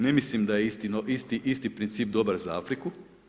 Ne mislim da je isti princip dobar za Afriku.